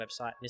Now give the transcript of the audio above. website